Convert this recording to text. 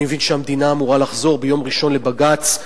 אני מבין שהמדינה אמורה לחזור ביום ראשון לבג"ץ,